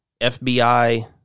FBI